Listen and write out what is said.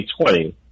2020